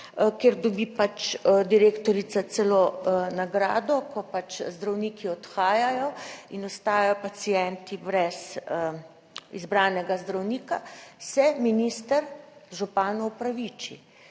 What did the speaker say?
kjer dobi pač direktorica celo nagrado, ko pač zdravniki odhajajo in ostajajo pacienti brez izbranega zdravnika, se minister županu opraviči.